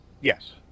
Yes